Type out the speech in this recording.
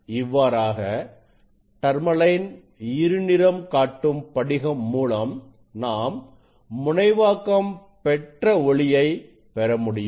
இவ்வாறாக டர்மலைன் இருநிறம் காட்டும் படிகம் மூலம் நாம் முனைவாக்கம் பெற்ற ஒளியைப் பெற முடியும்